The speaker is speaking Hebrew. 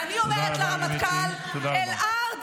ואני אומרת לרמטכ"ל: אל-ארד,